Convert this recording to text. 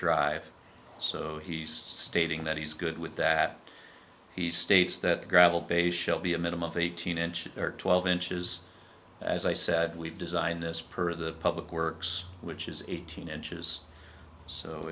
drive so he's stating that he's good with that he states that the gravel base shall be a minimum of eighteen inches or twelve inches as i said we've designed as per the public works which is eighteen inches so